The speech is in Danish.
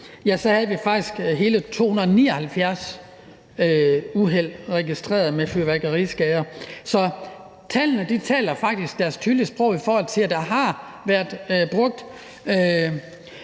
2016, havde vi faktisk hele 279 uheld registreret med fyrværkeriskader. Så tallene taler faktisk deres tydelige sprog, i forhold til at der har været gjort